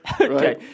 Okay